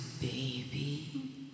baby